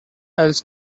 else